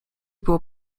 było